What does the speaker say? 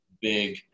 big